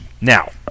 Now